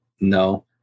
no